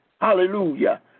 Hallelujah